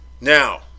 Now